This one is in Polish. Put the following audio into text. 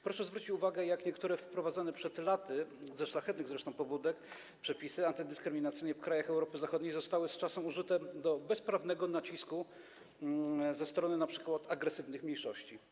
Proszę zwrócić uwagę, jak niektóre wprowadzone przed laty, zresztą ze szlachetnych pobudek, przepisy antydyskryminacyjne w krajach Europy Zachodniej zostały z czasem użyte do bezprawnego nacisku ze strony np. agresywnych mniejszości.